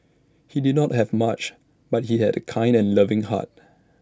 he did not have much but he had A kind and loving heart